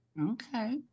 Okay